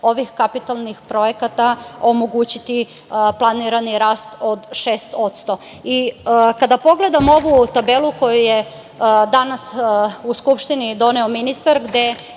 ovih kapitalnih projekata omogući planirani rast od 6%.Kada pogledamo ovu tabelu koju je danas u Skupštinu doneo ministar, gde